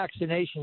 vaccinations